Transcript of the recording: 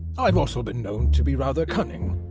i've also been known to be rather cunning,